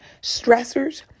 stressors